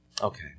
okay